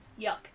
Yuck